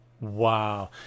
Wow